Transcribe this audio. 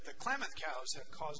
the climate kause